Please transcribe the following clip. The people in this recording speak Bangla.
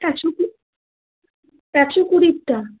একশো কু একশো কুড়িরটা